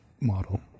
model